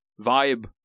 vibe